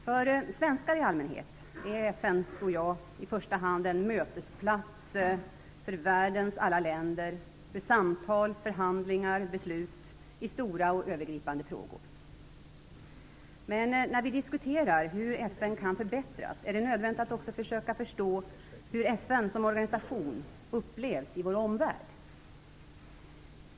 För svenskar i allmänhet tror jag FN i första hand är en mötesplats för världens alla länder för samtal, förhandlingar och beslut i stora och övergripande frågor. Men när vi diskuterar hur FN kan förbättras är det nödvändigt att också försöka förstå hur FN som organisation upplevs i vår omvärld.